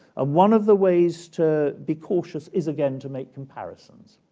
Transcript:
ah one of the ways to be cautious is, again, to make comparisons.